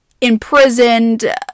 imprisoned